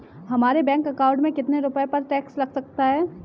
हमारे bank account में कितने रुपये पर टैक्स लग सकता है?